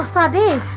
ah da da